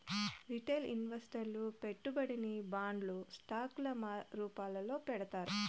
retail ఇన్వెస్టర్లు పెట్టుబడిని బాండ్లు స్టాక్ ల రూపాల్లో పెడతారు